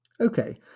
Okay